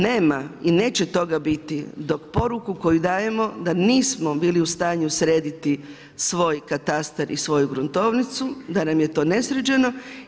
Nema i neće toga biti dok poruku koju dajemo da nismo bili u stanju srediti svoj katastar i svoju gruntovnicu, da nam je to ne sređeno.